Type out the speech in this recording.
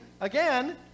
again